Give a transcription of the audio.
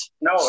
No